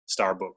Starbucks